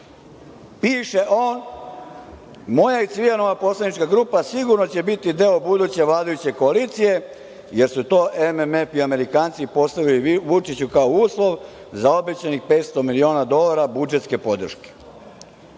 piše on, moja i Cvijanova poslanička grupa sigurno će biti deo buduće vladajuće koalicije, jer su to MMF i Amerikanci postavili Vučiću kao uslov za obećani 500 miliona dolara budžetske podrške.